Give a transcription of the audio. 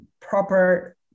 proper